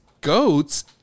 goats